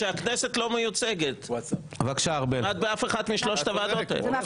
כמעט באף אחת משלוש הוועדות האלה הכנסת לא מיוצגת.